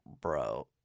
bro